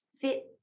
fit